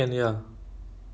ah C sharp